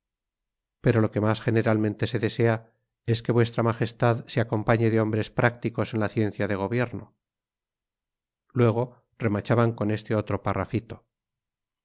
pero lo que más generalmente se desea es que vuestra majestad se acompañe de hombres prácticos en la ciencia de gobierno luego remachaban con este otro parrafito